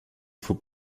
faut